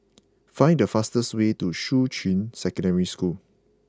find the fastest way to Shuqun Secondary School